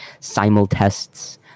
simultests